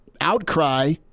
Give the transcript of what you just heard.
outcry